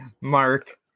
Mark